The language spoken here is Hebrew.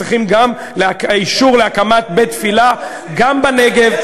צריכים אישור להקמת בית-תפילה גם בנגב,